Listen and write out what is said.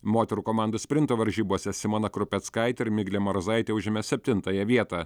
moterų komandų sprinto varžybose simona krupeckaitė ir miglė marozaitė užėmė septintąją vietą